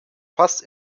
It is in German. fast